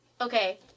Okay